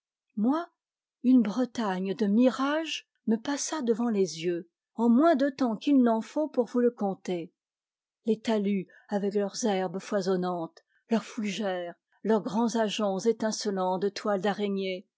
moi une bretagne de mirage me passa devant les yeux en moins de temps qu'il n'en faut pour vous le conter les talus avec leurs herbes foisonnantes leurs fougères leurs grands ajoncs étince lants de toiles d'araignées